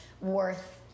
worth